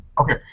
Okay